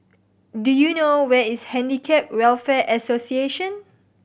do you know where is Handicap Welfare Association